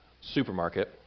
supermarket